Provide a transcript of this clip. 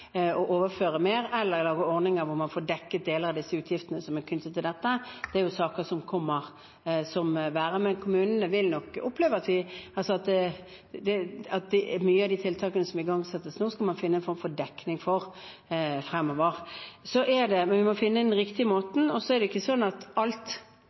overføre mer eller lage ordninger der man får dekket deler av de utgiftene som er knyttet til dette. Det er saker som kommer. Kommunene vil nok oppleve at mange av de tiltakene som igangsettes nå, kan man finne en form for dekning for fremover. Men vi må finne den riktige